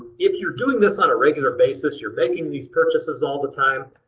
if you're doing this on a regular basis, you're making these purchases all the time,